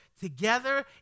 together